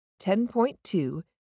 10.2